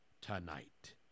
tonight